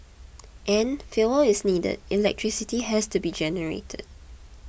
and fuel is needed electricity has to be generated